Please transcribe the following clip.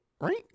right